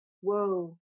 whoa